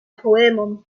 poemon